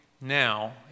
now